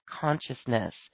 consciousness